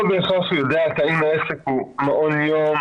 הוא ניתן למי שיש לה מעל שבעה ילדים,